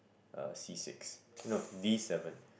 uh C six eh no D seven